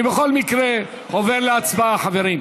בכל מקרה, אני עובר להצבעה, חברים.